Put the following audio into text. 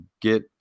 get